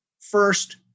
First